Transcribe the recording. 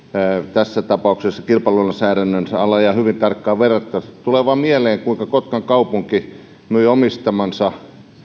tässä tapauksessa kilpailulainsäädännön alla ja hyvin tarkkaan verrattavissa tulee vaan mieleen kuinka kotkan kaupunki myi omistamansa